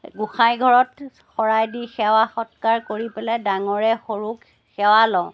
গোঁসাইঘৰত শৰাই দি সেৱা সৎকাৰ কৰি পেলাই ডাঙৰে সৰুক সেৱা লওঁ